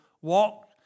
walk